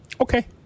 Okay